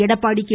Edappadi K